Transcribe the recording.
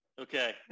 okay